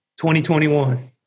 2021